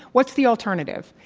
what's the alternative?